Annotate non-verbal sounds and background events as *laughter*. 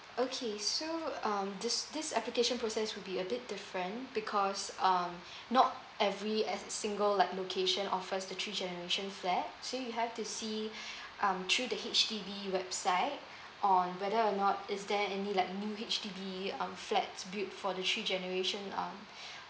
okay so um this this application process would be a bit different because uh not every e~ single like location offers the three generation flat so you have to see *breath* um through the H_D_B website on whether or not is there any like like new H_D_B um flats built for the three generation uh